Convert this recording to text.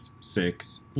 six